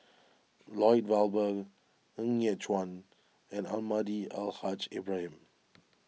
Lloyd Valberg Ng Yat Chuan and Almahdi Al Haj Ibrahim